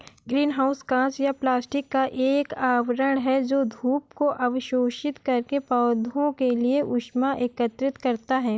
green house कांच या plastic का एक आवरण है जो धूप को अवशोषित करके पौधों के लिए ऊष्मा एकत्रित करता है